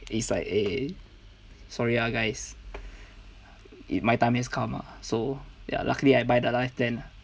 it's like eh sorry ah guys my time is come ah so ya luckily I buy the life plan ah